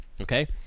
Okay